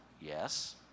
Yes